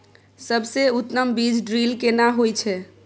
सबसे उत्तम बीज ड्रिल केना होए छै?